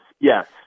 Yes